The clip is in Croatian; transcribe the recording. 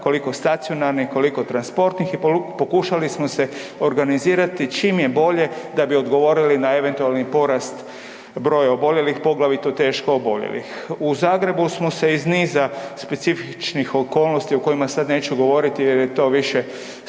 koliko stacionarnih, koliko transportnih i pokušali smo se organizirati čim je bolje da bi odgovorili na eventualni porasta broja oboljelih, poglavito teško oboljelih. U Zagrebu smo se iz niz specifičnih okolnosti, o kojima sada neću govoriti jel je to više stručno